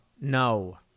No